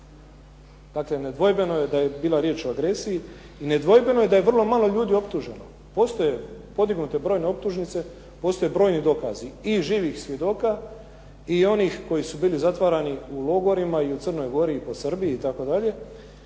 Dakle, nedvojbeno je da je bila riječ o agresiji i nedvojbeno je da je vrlo malo ljudi optuženo. Postoje podignute brojne optužnice, postoje brojni dokazi i živih svjedoka i onih koji su bili zatvarani u logorima i u Crnoj Gori i po Srbiji itd.,